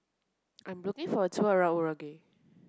I'm looking for a tour around Uruguay